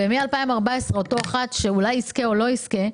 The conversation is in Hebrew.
ומ-2014 אותו אחד שאולי יזכה או לא יזכה,